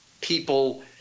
people